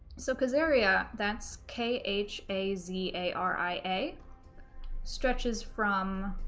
so, khazaria that's k h a z a r i a stretches from